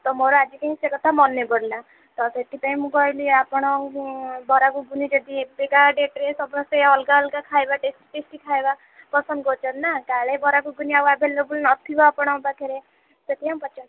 ତ ମୋର ଆଜି କାଇଁ ସେ କଥା ମନେ ପଡ଼ିଲା ତ ସେଥିପାଇଁ ମୁଁ କହିଲି ଆପଣ ବରା ଗୁଗୁନି ଯଦି ଏବେକା ଡେଟ୍ରେ ସମସ୍ତେ ଅଲଗା ଅଲଗା ଖାଇବା ଟେଷ୍ଟି ଟେଷ୍ଟି ଖାଇବା ପସନ୍ଦ କରୁଛନ୍ତି ନା କାଳେ ବରା ଗୁଗୁନି ଆଉ ଆଭେଲେବୁଲ୍ ନ ଥିବ ଆପଣଙ୍କ ପାଖରେ ସେଥିପାଇଁ ପଚାରିଥିଲି